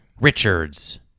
Richards